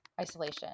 isolation